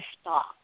stop